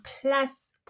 plus